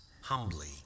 humbly